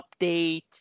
update